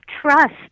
trust